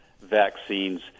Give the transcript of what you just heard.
vaccines